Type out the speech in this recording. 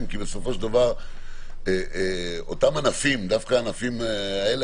כי בסופו של דבר אותם ענפים גם ענפים כאלה,